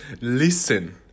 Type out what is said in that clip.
Listen